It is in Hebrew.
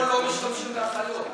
בחו"ל לא משתמשים באחיות.